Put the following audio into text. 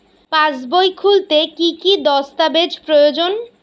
পাসবই খুলতে কি কি দস্তাবেজ প্রয়োজন?